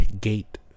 gate